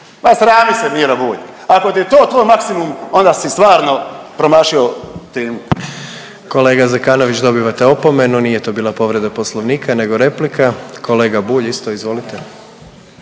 Ma srami se Miro Bulj. Ako ti je to tvoj maksimum onda si stvarno promašio temu. **Jandroković, Gordan (HDZ)** Kolega Zekanović dobivate opomenu nije to bila povreda Poslovnika nego replika. Kolega Bulj isto izvolite.